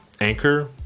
Anchor